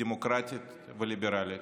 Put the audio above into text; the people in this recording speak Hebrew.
דמוקרטית וליברלית,